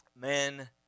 Men